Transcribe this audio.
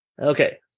Okay